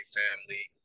family